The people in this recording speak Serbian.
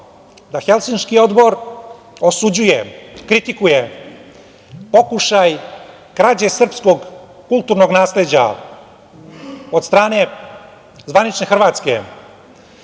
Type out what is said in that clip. da Helsinški odbor osuđuje, kritikuje, pokušaj krađe srpskog kulturnog nasleđa od strane zvanične Hrvatske,